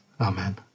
Amen